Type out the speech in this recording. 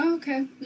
Okay